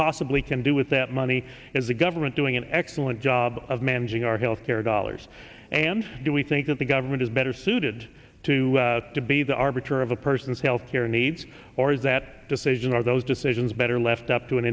possibly can do with that money is the government doing an excellent job of managing our health care dollars and do we think that the government is better suited to to be the arbiter of a person's health care needs or is that decision are those decisions better left up to an